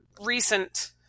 recent